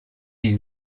you